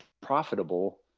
profitable